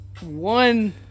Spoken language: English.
one